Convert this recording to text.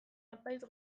apaiz